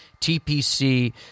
TPC